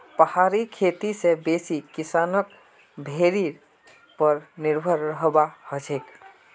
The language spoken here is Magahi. पहाड़ी खेती स बेसी किसानक भेड़ीर पर निर्भर रहबा हछेक